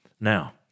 Now